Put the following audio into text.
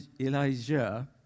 Elijah